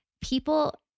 people